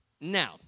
Now